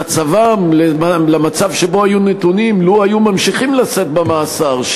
מצבם למצב שבו היו נתונים לו היו ממשיכים לשאת במאסר,